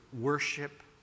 worship